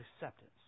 acceptance